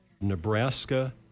Nebraska